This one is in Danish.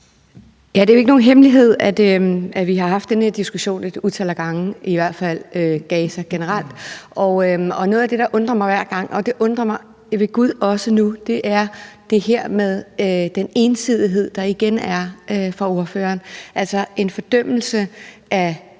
Det er jo ikke nogen hemmelighed, at vi har haft den her diskussion et utal af gange, i hvert fald om Gaza generelt. Noget af det, der undrer mig hver gang – og det undrer mig ved Gud også nu – er det her med den ensidighed, der igen er fra ordføreren, altså en fordømmelse af